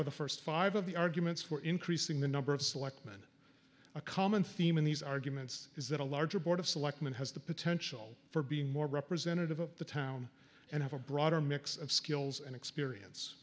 or the first five of the arguments for increasing the number of selectmen a common theme in these arguments is that a larger board of selectmen has the potential for being more representative of the town and have a broader mix of skills and experience